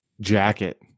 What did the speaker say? jacket